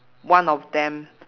one of them